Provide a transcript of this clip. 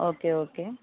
okay okay